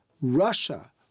Russia